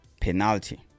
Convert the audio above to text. penalty